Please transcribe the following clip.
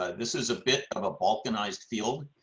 ah this is a bit of a balkanized field.